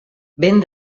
vent